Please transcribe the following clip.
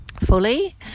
fully